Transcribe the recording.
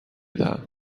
دهم